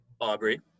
Aubrey